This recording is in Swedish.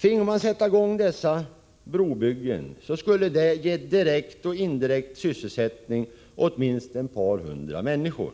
Finge man göra det, skulle detta såväl direkt som indirekt ge sysselsättning åt minst ett par hundra människor